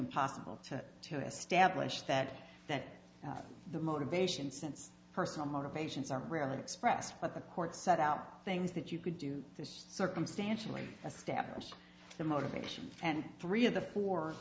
impossible to establish that that the motivation since personal motivations are rarely expressed but the court set out things that you could do this circumstantially establish the motivation and three of the four